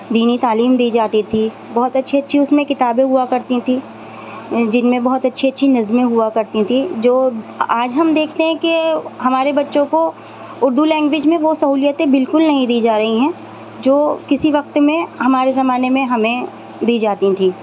دینی تعلیم دی جاتی تھی بہت اَچّھی اَچّھی اس میں کتابیں ہوا کرتی تھی جن میں بہت اَچّھی اَچّھی نظمیں ہوا کرتی تھی جو آج ہم دیکھتے ہیں کہ ہمارے بچّوں کو اردو لینگویج میں بہت سہولیتیں بالکل نہیں دی جا رہی ہیں جو کسی وقت میں ہمارے زمانے میں ہمیں دی جاتی تھیں